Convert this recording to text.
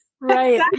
Right